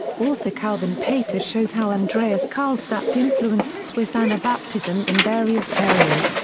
author calvin pater showed how andreas karlstadt influenced swiss anabaptism in various areas,